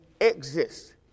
exist